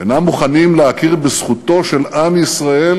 אינו מוכן להכיר בזכותו של עם ישראל